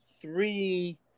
three